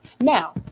Now